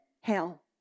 hell